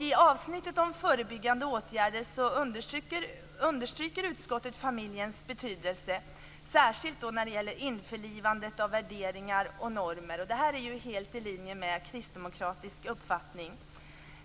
I avsnittet om förebyggande åtgärder understryker utskottet familjens betydelse särskilt när det gäller införlivandet av värderingar och normer. Det är helt i linje med kristdemokratisk uppfattning.